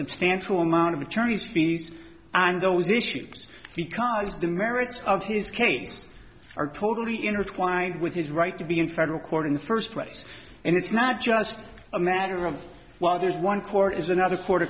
substantial amount of attorney's fees and those issues because the merits of his case are totally intertwined with his right to be in federal court in the first place and it's not just a matter of well there's one court is another